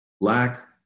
Lack